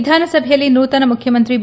ವಿಧಾನಸಭೆಯಲ್ಲಿ ನೂತನ ಮುಖ್ಯಮಂತ್ರಿ ಬಿ